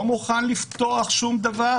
לא מוכן לפתוח שום דבר